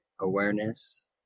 awareness